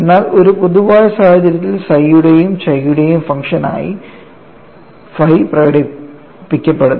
എന്നാൽ ഒരു പൊതുവായ സാഹചര്യത്തിൽ psi യുടെയും chi യുടെയും ഫംഗ്ഷൻ ആയി phi പ്രകടിപ്പിക്കപ്പെടുന്നു